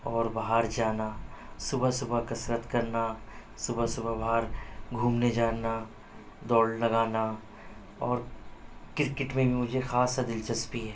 اور باہر جانا صبح صبح کثرت کرنا صبح صبح باہر گھومنے جانا دوڑ لگانا اور کرکٹ میں بھی مجھے خاصہ دِلچسپی ہے